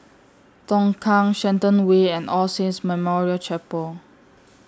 Tongkang Shenton Way and All Saints Memorial Chapel